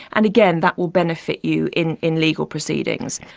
and, again, that will benefit you in in legal proceedings.